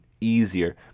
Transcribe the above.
easier